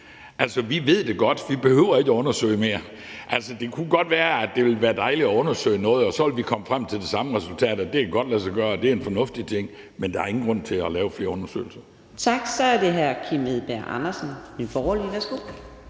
Altså, vi ved det godt; vi behøver ikke at undersøge mere. Det kunne godt være, det ville være dejligt at undersøge noget, og at vi så ville komme frem til det samme resultat, nemlig at det godt kan lade sig gøre, og at det er en fornuftig ting. Men der er ingen grund til at lave flere undersøgelser. Kl. 14:37 Fjerde næstformand